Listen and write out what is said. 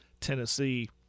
tennessee